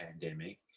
pandemic